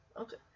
Okay